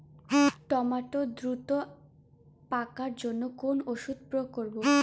Tomato দ্রুত পাকার জন্য কোন ওষুধ স্প্রে করব?